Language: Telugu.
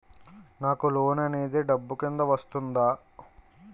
నాకు లోన్ అనేది డబ్బు కిందా వస్తుందా?